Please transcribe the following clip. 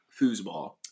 foosball